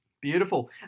Beautiful